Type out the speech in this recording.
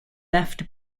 left